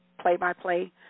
play-by-play